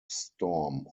storm